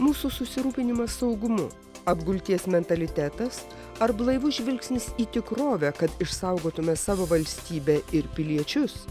mūsų susirūpinimas saugumu apgulties mentalitetas ar blaivus žvilgsnis į tikrovę kad išsaugotume savo valstybę ir piliečius